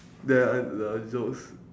then like those